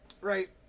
Right